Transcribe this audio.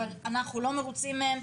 אבל אנחנו לא מרוצים להם.